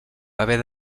haver